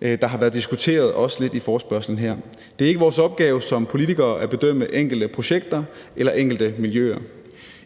lidt har været diskuteret i forespørgslen. Det er ikke vores opgave som politikere at bedømme enkelte projekter eller enkelte miljøer.